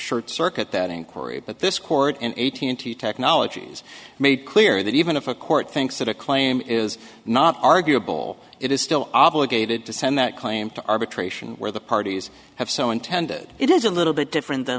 short circuit that inquiry but this court in eighteen two technologies made clear that even if a court thinks that a claim is not arguable it is still obligated to send that claim to arbitration where the parties have so intended it is a little bit different than